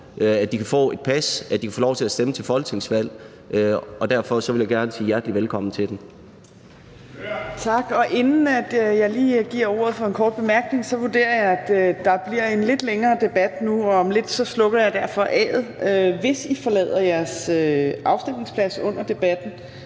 at de kan få et pas, at de kan få lov til at stemme til folketingsvalg, og derfor vil jeg gerne sige hjertelig velkommen til dem. Kl. 10:46 Fjerde næstformand (Trine Torp): Tak. Inden jeg lige giver ordet for en kort bemærkning, vurderer jeg, at der bliver en lidt længere debat nu, og derfor slukker jeg om lidt for A'et. Hvis I forlader jeres afstemningspladser under debatten,